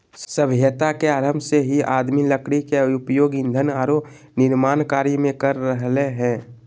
सभ्यता के आरंभ से ही आदमी लकड़ी के उपयोग ईंधन आरो निर्माण कार्य में कर रहले हें